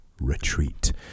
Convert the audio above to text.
retreat